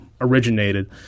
originated